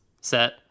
set